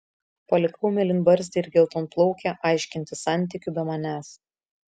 palikau mėlynbarzdį ir geltonplaukę aiškintis santykių be manęs